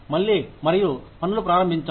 మళ్లీ మరియు పనులు ప్రారంభించండి